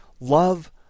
Love